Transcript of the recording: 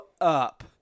up